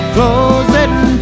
Closing